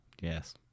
Yes